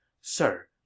Sir